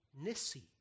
Nisi